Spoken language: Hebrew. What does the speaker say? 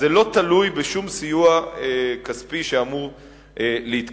אבל זה לא תלוי בשום סיוע כספי שאמור להתקבל.